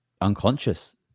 unconscious